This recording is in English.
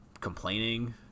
complaining